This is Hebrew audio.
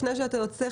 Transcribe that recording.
לפני שאתה יוצא,